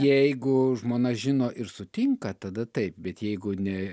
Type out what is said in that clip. jeigu žmona žino ir sutinka tada taip bet jeigu ne